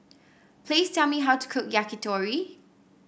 please tell me how to cook Yakitori